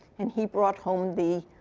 and he brought home the